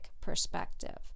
perspective